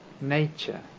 nature